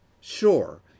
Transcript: Sure